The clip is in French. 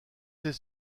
sais